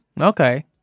Okay